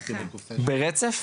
ברצף?